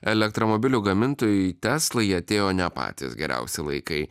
elektromobilių gamintojai teslai atėjo ne patys geriausi laikai